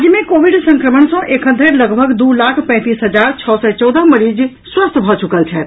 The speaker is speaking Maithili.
राज्य मे कोविड संक्रमण सँ एखन धरि लगभग दू लाख पैंतीस हजार छओ सय चौदह मरीज स्वस्थ भऽ चुकल छथि